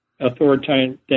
authoritarian